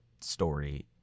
story